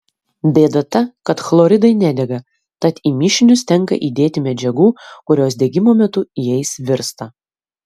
bėda ta kad chloridai nedega tad į mišinius tenka įdėti medžiagų kurios degimo metu jais virsta